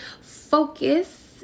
Focus